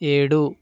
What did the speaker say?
ఏడు